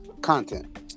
Content